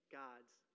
god's